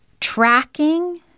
tracking